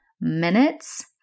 minutes